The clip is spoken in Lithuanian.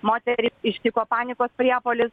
moterį ištiko panikos priepuolis